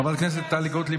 חברת הכנסת טלי גוטליב,